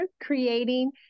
creating